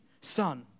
son